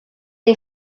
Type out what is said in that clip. est